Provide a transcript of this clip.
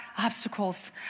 obstacles